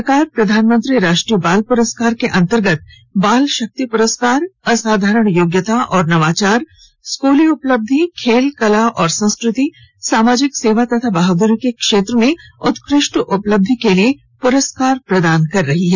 सरकार प्रधानमंत्री राष्ट्रीय बाल पुरस्कार के अंतर्गत बाल शक्ति पुरस्कार असाधारण योग्यता और नवाचार स्कूली उपलब्धि खेल कला और संस्कृति सामाजिक सेवा तथा बहादुरी के क्षेत्र में उत्कृष्ट उपलब्धि के लिए पुरस्कार प्रदान कर रही है